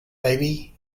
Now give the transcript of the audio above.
baby